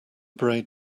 braid